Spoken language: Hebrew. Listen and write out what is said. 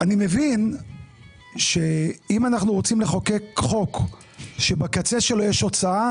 אני מבין שאם אנחנו רוצים לחוקק חוק שבקצה שלו יש הוצאה